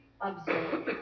observe